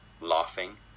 laughing